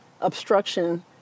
obstruction